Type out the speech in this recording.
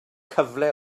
cyfle